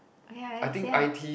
ya then you say ah